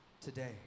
today